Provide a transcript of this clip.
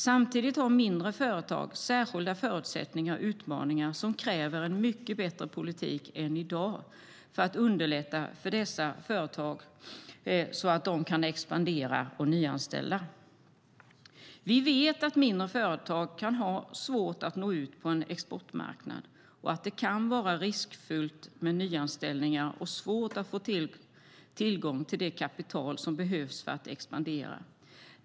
Samtidigt har mindre företag särskilda förutsättningar och utmaningar som kräver en mycket bättre politik än i dag när det gäller att underlätta för dessa företag så att de kan expandera och nyanställa. Vi vet att mindre företag kan ha svårt att nå ut på en exportmarknad och att det kan vara riskfyllt med nyanställningar och svårt att få tillgång till det kapital som behövs för att expandera.